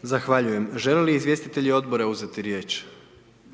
Gordan (HDZ)** Zahvaljujem, žele li izvjestitelji odbora uzeti riječ?